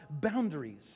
boundaries